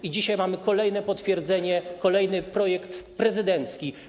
I dzisiaj mamy kolejne potwierdzenie, kolejny projekt prezydencki.